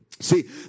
See